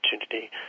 opportunity